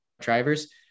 drivers